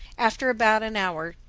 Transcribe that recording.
after about an hour,